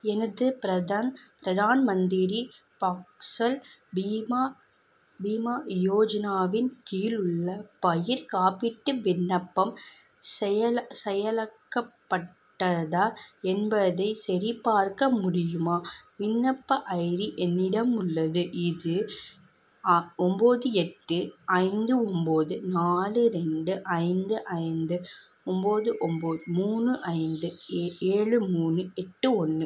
எனது பிரதான் பிரதான் மந்திரி பாசல் பீமா பீமா யோஜனாவின் கீழ் உள்ள பயிர்க்காப்பீட்டு விண்ணப்பம் செயலா செயலாக்கப்பட்டதா என்பதைச் சரிபார்க்க முடியுமா விண்ணப்ப ஐடி என்னிடம் உள்ளது இது அ ஒம்பது எட்டு ஐந்து ஒம்பது நாலு ரெண்டு ஐந்து ஐந்து ஒம்பது ஒம்பது மூணு ஐந்து எ ஏழு மூணு எட்டு ஒன்று